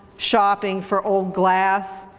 shopping for old glass,